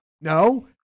no